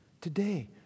Today